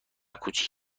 کوچک